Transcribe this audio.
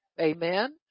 amen